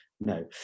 No